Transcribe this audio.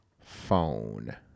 phone